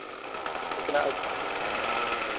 लेकिन आस पास